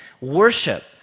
worship